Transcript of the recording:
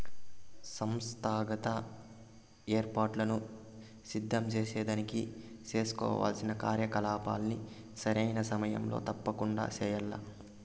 సంస్థాగత ఏర్పాట్లను సిద్ధం సేసేదానికి సేసుకోవాల్సిన కార్యకలాపాల్ని సరైన సమయంలో తప్పకండా చెయ్యాల్ల